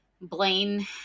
Blaine